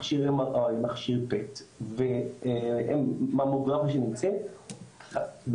מכשיר MRI מכשיר PET וממוגרפיה שנמצאת באמת